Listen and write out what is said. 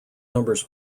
numbers